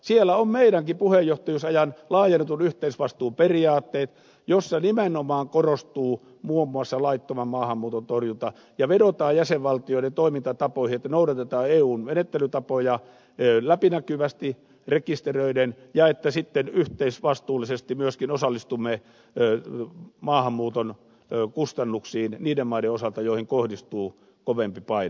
siellä ovat meidänkin puheenjohtajuusajan laajennetun yhteisvastuun periaatteet joissa nimenomaan korostuu muun muassa laittoman maahanmuuton torjunta ja vedotaan jäsenvaltioiden toimintatapoihin että noudatetaan eun menettelytapoja läpinäkyvästi rekisteröiden ja että sitten yhteisvastuullisesti myöskin osallistumme maahanmuuton kustannuksiin niiden maiden osalta joihin kohdistuu kovempi paine